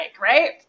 right